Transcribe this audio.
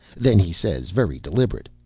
then he says, very deliberate,